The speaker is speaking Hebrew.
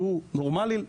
נורמלי בחורף.